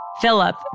Philip